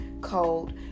cold